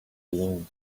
being